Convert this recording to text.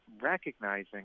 recognizing